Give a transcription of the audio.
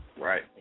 Right